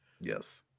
Yes